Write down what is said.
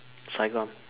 Saigon